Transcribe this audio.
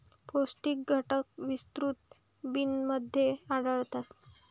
पौष्टिक घटक विस्तृत बिनमध्ये आढळतात